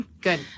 Good